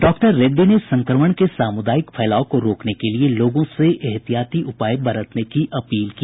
doctor Reddy ने संक्रमण के सामुदायिक फैलाव को रोकने के लिए लोगों से ऐहतियाती उपाय करने की अपील की